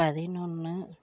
பதினொன்று